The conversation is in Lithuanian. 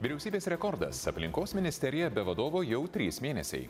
vyriausybės rekordas aplinkos ministerija be vadovo jau trys mėnesiai